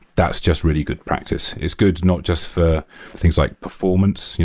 that's just really good practice. it's good not just for things like performance,